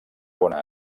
bona